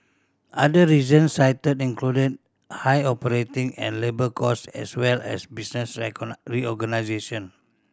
other reasons cited included high operating and labour cost as well as business reorganisation